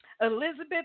Elizabeth